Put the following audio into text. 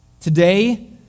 Today